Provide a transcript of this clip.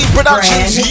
Productions